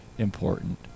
important